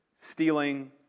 stealing